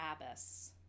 abbess